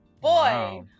Boy